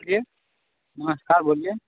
बोलिए बोलिए